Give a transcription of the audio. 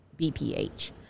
BPH